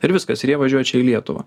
ir viskas ir jei važiuoja čia į lietuvą